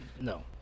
No